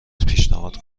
پیشنهاد